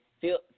Feel